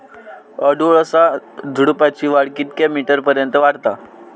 अडुळसा झुडूपाची वाढ कितक्या मीटर पर्यंत वाढता?